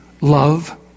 love